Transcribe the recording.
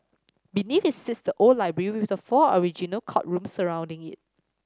beneath it sits the old library with the four original courtrooms surrounding it